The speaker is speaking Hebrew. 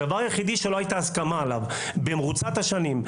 הדבר היחיד שלא הייתה עליו הסכמה במרוצת השנים,